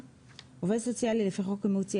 (5) עובד סוציאלי לפי חוק אימוץ ילדים,